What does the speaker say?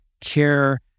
care